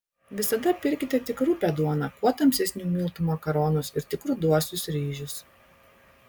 visada pirkite tik rupią duoną kuo tamsesnių miltų makaronus ir tik ruduosius ryžius